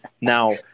Now